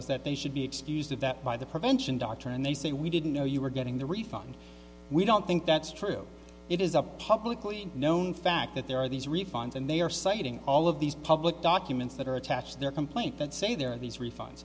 is that they should be excused of that by the prevention doctrine and they say we didn't know you were getting the refund we don't think that's true it is up publicly known fact that there are these refunds and they are citing all of these public documents that are attached their complaint that say there are these ref